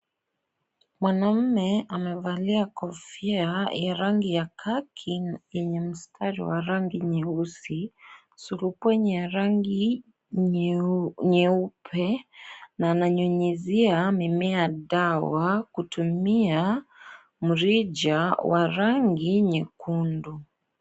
Mwanamume amevalia kofia ya rangi ya kaki yenye mstari wa rangi nyeusi, surupwenye ya rangi nyeupe na ananyunyizia mimea dawa kutumia mrija wa rangi nyekundu.